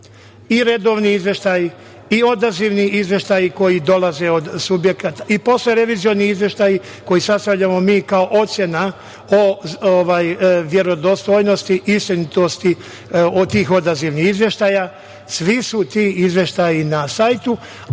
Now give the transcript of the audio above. i redovni izveštaj, i odazivni izveštaji koji dolaze od subjekata, i poslerevizioni izveštaji koji sastavljamo mi kao ocena o verodostojnosti, istinitosti od tih odazivnih izveštaja. Svi su ti izveštaji na sajtu,